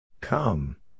Come